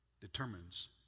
determines